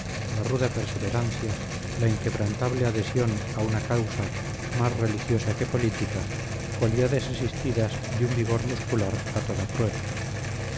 la ruda perseverancia la inquebrantable adhesión a una causa más religiosa que política cualidades asistidas de un vigor muscular a toda prueba